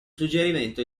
suggerimento